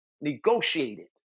negotiated